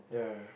yeah